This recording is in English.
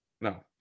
no